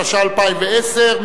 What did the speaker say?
התשע"א 2010,